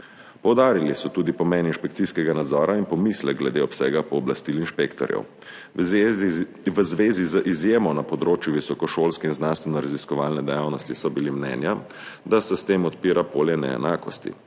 Poudarili so tudi pomen inšpekcijskega nadzora in pomislek glede obsega pooblastil inšpektorjev. V zvezi z izjemo na področju visokošolske in znanstvenoraziskovalne dejavnosti so bili mnenja, da se s tem odpira polje neenakosti.